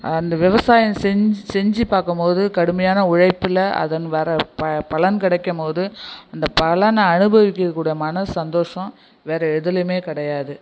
அந்த விவசாயம் செஞ்சு செஞ்சு பார்க்கம் போது கடுமையான உழைப்பில் அதன் வேறு பலன் கிடைக்கும் போது அந்த பலனை அனுபவிக்கக்கூடிய மன சந்தோசம் வேறு எதுலேயுமே கிடையாது